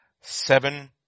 seven